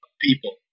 people